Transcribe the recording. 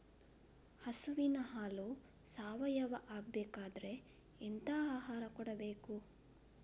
ಹಸುವಿನ ಹಾಲು ಸಾವಯಾವ ಆಗ್ಬೇಕಾದ್ರೆ ಎಂತ ಆಹಾರ ಕೊಡಬೇಕು?